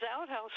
outhouse